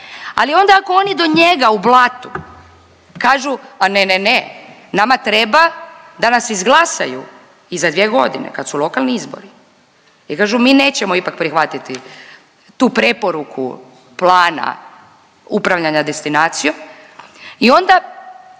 Ali onda ako oni do njega u Blatu kažu, a ne, ne, ne, nama treba da nas izglasaju i za dvije godine kad su lokalni izbori i kažu mi nećemo ipak prihvatiti tu preporuku plana upravljanja destinacijom i onda